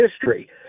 history